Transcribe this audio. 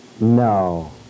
No